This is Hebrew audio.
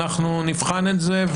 אנחנו נבחן את זה,